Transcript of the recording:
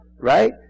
right